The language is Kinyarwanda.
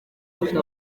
twagize